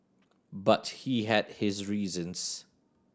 but he had his reasons